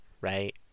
right